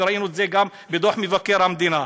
וראינו את זה גם בדוח מבקר המדינה.